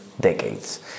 decades